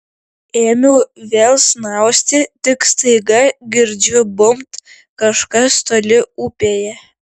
ėmiau vėl snausti tik staiga girdžiu bumbt kažkas toli upėje